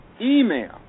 email